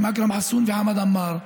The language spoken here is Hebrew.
אכרם חסון וחמד עמאר.